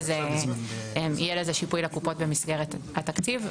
יהיה לזה שיפוי לקופות במסגרת התקציב,